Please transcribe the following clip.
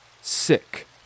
sick